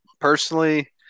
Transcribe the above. personally